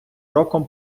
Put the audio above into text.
роком